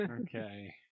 Okay